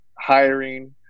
hiring